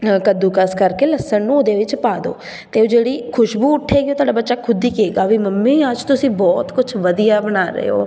ਕੱਦੂਕਸ ਕਰਕੇ ਲਸਣ ਨੂੰ ਉਸਦੇ ਵਿੱਚ ਪਾ ਦਿਉ ਅਤੇ ਉਹ ਜਿਹੜੀ ਖਸ਼ਬੂ ਉਠੇਗੀ ਉਹ ਤੁਹਾਡਾ ਬੱਚਾ ਖੁਦ ਹੀ ਕਹੇਗਾ ਵੀ ਮੰਮੀ ਅੱਜ ਤੁਸੀਂ ਬਹੁਤ ਕੁਛ ਵਧੀਆ ਬਣਾ ਰਹੇ ਹੋ